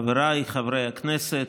חבריי חברי הכנסת,